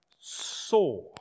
saw